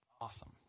Awesome